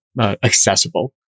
Accessible